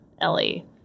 Ellie